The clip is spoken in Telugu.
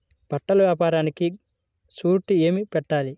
బట్టల వ్యాపారానికి షూరిటీ ఏమి పెట్టాలి?